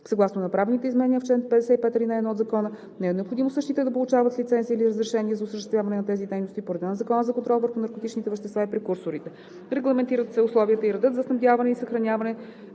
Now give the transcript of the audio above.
Съгласно направените изменения в чл. 55, ал. 1 от Закона не е необходимо същите да получават лицензия или разрешение за осъществяване на тези дейности по реда на Закона за контрол върху наркотичните вещества и прекурсорите. Регламентират се условията и редът за снабдяване и съхраняване